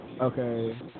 Okay